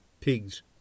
pigs